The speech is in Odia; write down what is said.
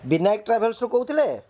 ବିନାୟକ ଟ୍ରାଭେଲସ୍ରୁ କହୁଥିଲେ